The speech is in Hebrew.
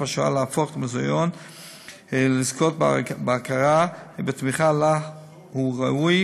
השואה" להפוך למוזיאון ולזכות בהכרה ובתמיכה שלה הוא ראוי,